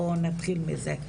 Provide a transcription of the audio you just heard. בואו נתחיל מזה,